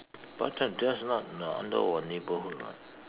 but t~ that's just not under our neighborhood [what]